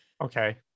okay